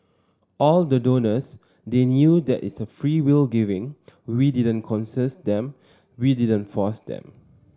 all the donors they knew that it's a freewill giving we didn't coerces them we didn't force them